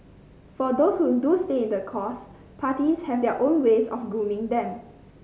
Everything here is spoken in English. for those who do stay the course parties have their own ways of grooming them